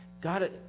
God